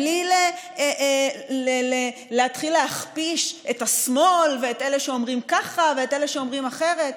בלי להתחיל להכפיש את השמאל ואת אלה שאומרים ככה ואת אלה שאומרים אחרת?